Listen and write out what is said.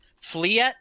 Fleet